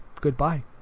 goodbye